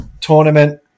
tournament